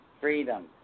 freedom